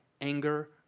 anger